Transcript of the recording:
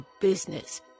business